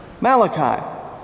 Malachi